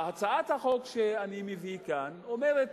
הצעת החוק שאני מביא כאן אומרת,